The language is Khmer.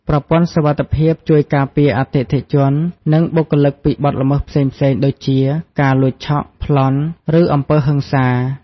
ប្រព័ន្ធសុវត្ថិភាពជួយការពារអតិថិជន និងបុគ្គលិកពីបទល្មើសផ្សេងៗដូចជា ការលួចឆក់ ប្លន់ ឬអំពើហិង្សា។